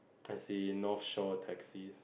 I see North Shore taxis